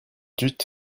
dud